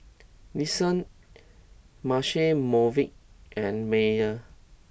Nissan Marche Movenpick and Mayer